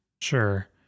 Sure